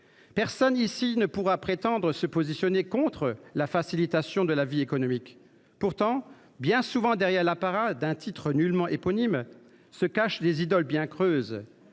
Personne ici ne pourra prétendre se positionner contre l’objectif consistant à faciliter la vie économique. Pourtant, bien souvent, derrière l’apparat d’un titre nullement éponyme se cachent des idoles bien creuses.